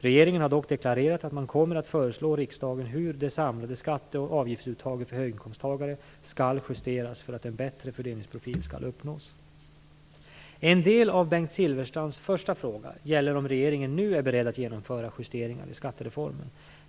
Regeringen har dock deklarerat att man kommer att föreslå riksdagen hur det samlade skatte och avgiftsuttaget för höginkomsttagare skall justeras för att en bättre fördelningsprofil skall uppnås. En del av Bengt Silfverstrands första fråga gäller om regeringen nu är beredd att genomföra justeringar i skattereformen.